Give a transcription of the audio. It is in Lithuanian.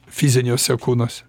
fiziniuose kūnuose